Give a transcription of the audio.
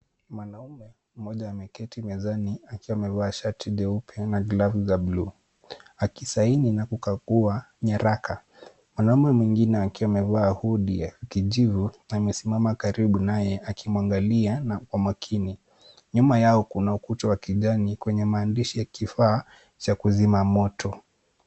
Mwanamume mmoja ameketi mezani akiwa amevaa shati jeupe na glavu za buluu akisaini na kukagua nyaraka. Mwanamume mwingine akiwa amevaa hoodi ya kijivu amesimama karibu naye akimwangalia na kwa makini. Nyuma yao kuna ukuta wa kijani kwenye maandishi ya kifaa cha kuzima moto.